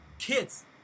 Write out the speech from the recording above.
Kids